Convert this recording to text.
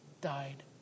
died